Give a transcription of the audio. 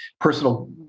personal